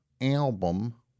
album